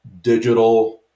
digital